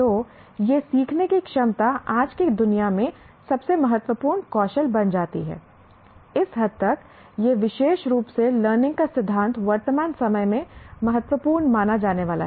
तो यह सीखने की क्षमता आज की दुनिया में सबसे महत्वपूर्ण कौशल बन जाती है इस हद तक यह विशेष रूप से लर्निंग का सिद्धांत वर्तमान समय में महत्वपूर्ण माना जाने वाला है